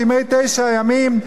בערב ימי החורבן,